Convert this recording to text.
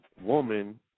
woman